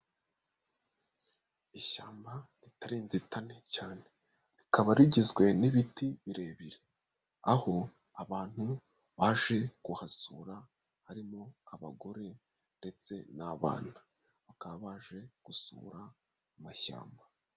Ishyamba ritari inzetane cyane. Rikaba rigizwe n'ibiti birebire. Aho abantu baje kuhasura, harimo abagore ndetse n'abana. Bakaba baje gusura amashyamba.